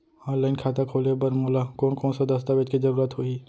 Online खाता खोले बर मोला कोन कोन स दस्तावेज के जरूरत होही?